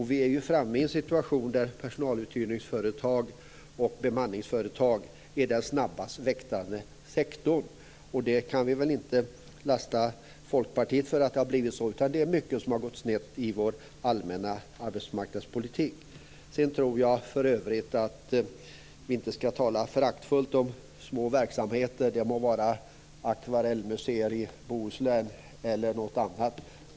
Vi är framme i en situation där personaluthyrnings och bemanningsföretag är den snabbast växande sektorn. Vi kan inte lasta Folkpartiet för att det har blivit så. Det är mycket som har gått snett i den allmänna arbetsmarknadspolitiken. Vi skall inte tala föraktfullt om små verksamheter. Det må vara akvarellmuseer i Bohuslän eller något annat.